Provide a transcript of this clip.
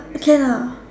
can ah